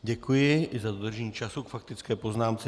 Děkuji i za dodržení času k faktické poznámce.